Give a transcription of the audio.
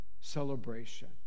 celebration